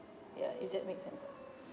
ya if that make sense